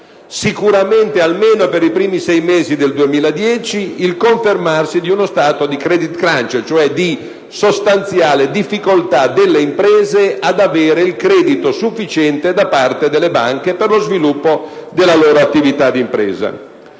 sicuramente, almeno per i primi sei mesi del 2010, il confermarsi di uno stato di *credit crunch*, cioè di sostanziale difficoltà delle imprese ad ottenere il credito sufficiente da parte delle banche per lo sviluppo della loro attività d'impresa.